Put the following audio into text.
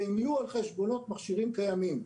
והם יהיו על חשבון מכשירים קיימים.